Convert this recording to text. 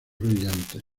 brillantes